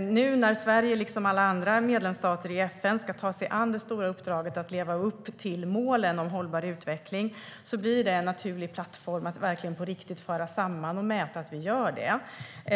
Nu när Sverige liksom alla andra medlemsstater i FN ska ta sig an det stora uppdraget att leva upp till målen om hållbar utveckling blir det en naturlig plattform för att föra samman och mäta att vi gör detta.